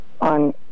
on